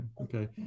Okay